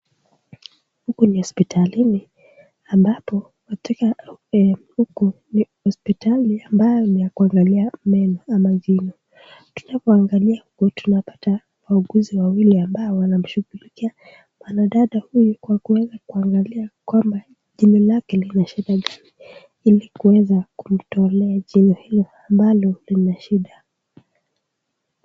Huku ni hosipitalini ambapo, katika huko ni hosipitali ambayo ni ya kuangalia meno ama jino. Tunapoangalia huku, tunapata wauguzi wawili ambao wanamshughulikia mwanadada huyu kwa kuweza kuangalia kwamba jino lake lina shida gani ili kuweza kumtolea jino hilo ambalo liko na shida.